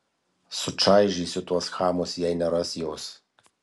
sučaižysiu tuos chamus jei neras jos